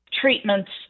treatments